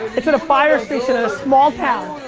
it's in a fire station in a small town.